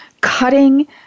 cutting